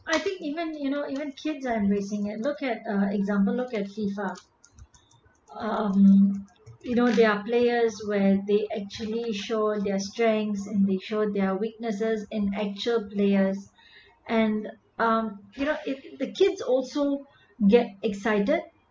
I think even you know even kids are embracing it look at uh example look at fifa um you know there are players were they actually show their strengths and they show their weaknesses in actual players and um you know it the kids also get excited